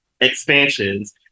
expansions